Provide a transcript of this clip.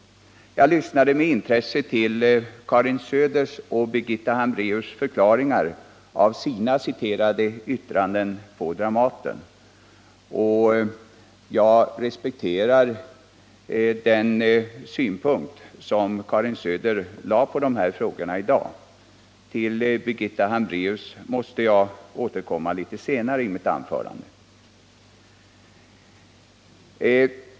Jag lyssnade med intresse till Karin Söders och Birgitta Hambraeus förklaringar till sina yttranden på Dramaten, som citerats. Jag respekterar de synpunkter som Karin Söder lade på de här frågorna i dag. Till Birgitta Hambraeus måste jag återkomma litet senare i mitt anförande.